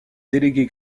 déléguée